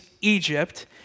Egypt